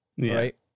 Right